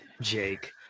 jake